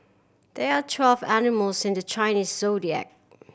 there are twelve animals in the Chinese Zodiac